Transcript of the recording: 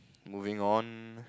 moving on